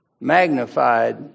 magnified